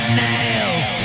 nails